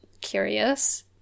curious